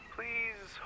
Please